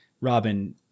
Robin